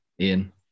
Ian